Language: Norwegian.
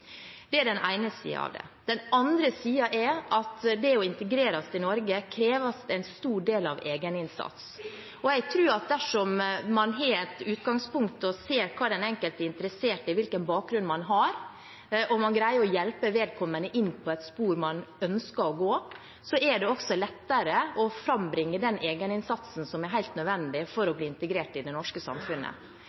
Det er den ene siden av det. Den andre siden er at det å bli integrert i Norge krever en stor egeninnsats. Jeg tror at dersom vi har et utgangspunkt og ser hva den enkelte er interessert i, hvilken bakgrunn man har, og greier å hjelpe vedkommende inn på et spor man ønsker å ta, så er det også lettere å frambringe den egeninnsatsen som er helt nødvendig for å bli integrert i det norske samfunnet.